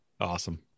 Awesome